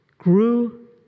grew